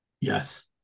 Yes